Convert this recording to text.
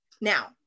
now